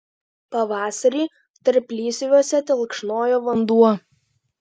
pavasarį tarplysviuose telkšnojo vanduo